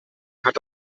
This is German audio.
hat